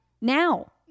now